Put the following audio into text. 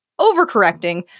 overcorrecting